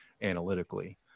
analytically